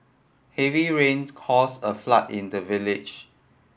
heavy rains caused a flood in the village